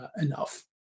enough